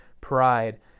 pride